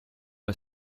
est